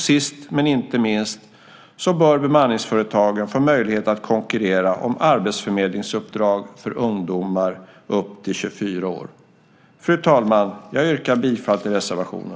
Sist men inte minst bör bemanningsföretagen få möjlighet att konkurrera om arbetsförmedlingsuppdrag för ungdomar upp till 24 år. Fru talman! Jag yrkar bifall till reservationen.